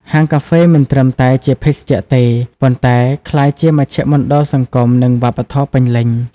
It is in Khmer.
ហាងកាហ្វេមិនត្រឹមតែជាភេសជ្ជៈទេ ប៉ុន្តែក្លាយជាមជ្ឈមណ្ឌលសង្គម និងវប្បធម៌ពេញលេញ។